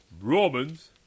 Romans